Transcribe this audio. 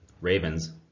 Ravens